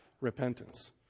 repentance